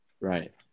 Right